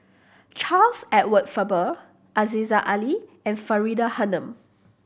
Charles Edward Faber Aziza Ali and Faridah Hanum